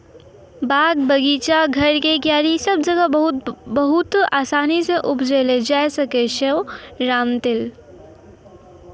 बाग, बगीचा, घर के क्यारी सब जगह बहुत आसानी सॅ उपजैलो जाय ल सकै छो रामतिल